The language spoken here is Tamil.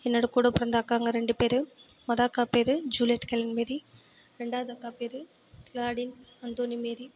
என்னோடு கூட பிறந்த அக்காங்க ரெண்டு பேரு மொதல் அக்கா பேர் ஜூலட் ஹெலின் மேரி ரெண்டாவது அக்கா பேர் கிலாடின் அந்தோணி மேரி